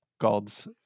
gods